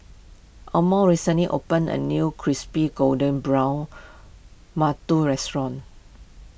Emory recently opened a new Crispy Golden Brown Mantou restaurant